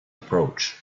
approach